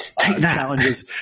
challenges